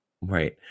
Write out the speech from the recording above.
Right